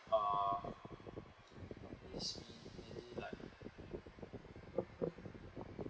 uh amaze me maybe like